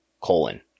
colon